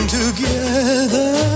together